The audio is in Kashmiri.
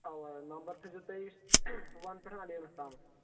اَوا نمبر تھٲیزیو تُہۍ اَسہِ وَن پٮ۪ٹھٕ اَلیونَس تامَتھ